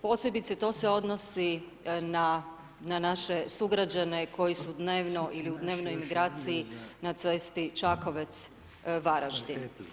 Posebice to se odnosi na naše sugrađane, koji su dnevno ili u dnevnoj migraciji na cesti Čakovec-Varaždin.